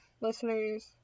listeners